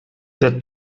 der